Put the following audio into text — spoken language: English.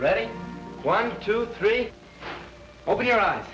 ready one two three open your eyes